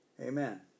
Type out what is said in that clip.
Amen